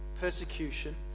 persecution